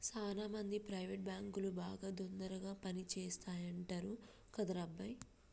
సాన మంది ప్రైవేట్ బాంకులు బాగా తొందరగా పని చేస్తాయంటరు కదరా అబ్బాయి